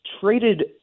traded